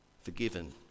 forgiven